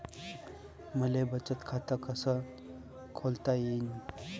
मले बचत खाते कसं खोलता येईन?